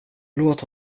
låt